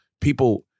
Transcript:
People